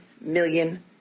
million